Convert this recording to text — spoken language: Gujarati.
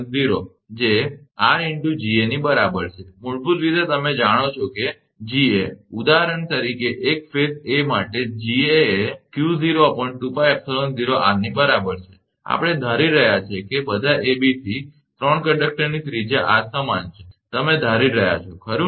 𝐺𝑎 ની બરાબર છે મૂળભૂત રીતે તમે આ જાણો છો કે 𝐺𝑎 ઉદાહરણ તરીકે એક ફેઝ a માટે 𝐺𝑎 એ 𝑞𝑎2𝜋𝜖0𝑟 ની બરાબર છે આપણે ધારી રહ્યા છીએ કે બધા abc 3 કંડક્ટરની ત્રિજ્યા સમાન r છે તમે ધારી રહ્યા છો ખરું ને